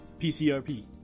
PCRP